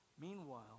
Meanwhile